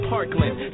Parkland